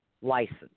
license